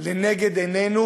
לנגד עינינו